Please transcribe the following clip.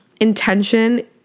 intention